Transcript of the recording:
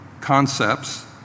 concepts